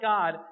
God